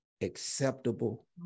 acceptable